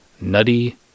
Nutty